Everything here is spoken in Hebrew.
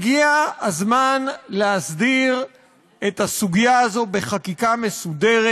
הגיע הזמן להסדיר את הסוגיה הזאת בחקיקה מסודרת,